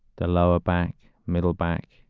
the lower back, middle back.